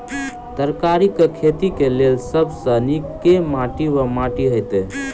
तरकारीक खेती केँ लेल सब सऽ नीक केँ माटि वा माटि हेतै?